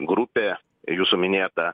grupė jūsų minėta